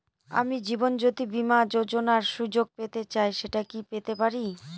আমি জীবনয্যোতি বীমা যোযোনার সুযোগ পেতে চাই সেটা কি পেতে পারি?